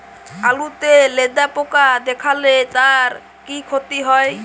আলুতে লেদা পোকা দেখালে তার কি ক্ষতি হয়?